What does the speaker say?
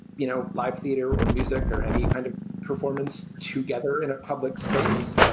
you know, life, theater or music or any kind of performance together in a public space, um